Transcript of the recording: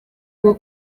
bwo